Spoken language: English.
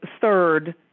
third